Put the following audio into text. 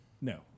No